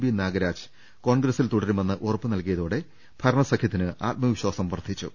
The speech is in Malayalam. ബി നാഗരാജ് കോൺഗ്രസ്സിൽ തുടരുമെന്ന് ഉറപ്പ് നൽകി യതോടെ ഭരണസഖ്യത്തിന് ആത്മവിശ്വാസം വർദ്ധിച്ചു